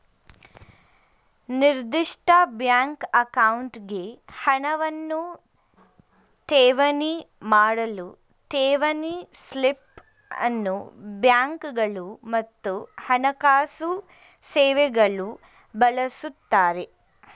ನಿರ್ದಿಷ್ಟ ಬ್ಯಾಂಕ್ ಅಕೌಂಟ್ಗೆ ಹಣವನ್ನ ಠೇವಣಿ ಮಾಡಲು ಠೇವಣಿ ಸ್ಲಿಪ್ ಅನ್ನ ಬ್ಯಾಂಕ್ಗಳು ಮತ್ತು ಹಣಕಾಸು ಸೇವೆಗಳು ಬಳಸುತ್ತಾರೆ